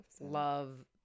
love